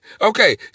okay